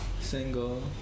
Single